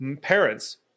parents